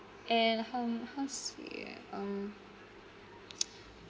and hmm how to say ah um